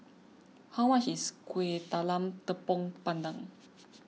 how much is Kueh Talam Tepong Pandan